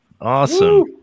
Awesome